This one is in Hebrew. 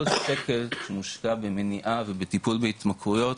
כל שקל שמושקע במניעה ובטיפול בהתמכרויות,